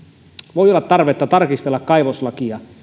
voi olla tarvetta tarkistella kaivoslakia